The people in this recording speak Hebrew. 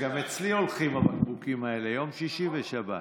גם אצלי הולכים הבקבוקים האלה, יום שישי ושבת.